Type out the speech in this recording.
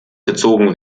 gezogen